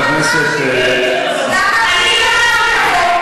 תודה רבה, גברתי.